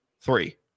Three